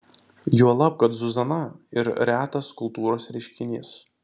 juolab kad zuzana ir retas kultūros reiškinys